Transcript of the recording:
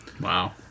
Wow